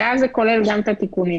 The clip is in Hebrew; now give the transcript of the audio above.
ואז זה כולל גם את התיקונים.